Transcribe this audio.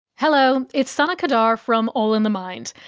hello, it's sana qadar from all in the mind.